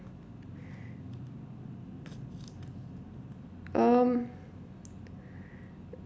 um